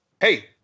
hey